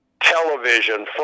television